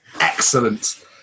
Excellent